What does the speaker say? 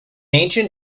ancient